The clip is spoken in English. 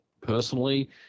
personally